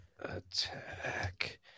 attack